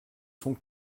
sont